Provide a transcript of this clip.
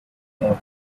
would